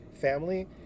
family